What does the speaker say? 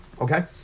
Okay